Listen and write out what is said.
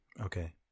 Okay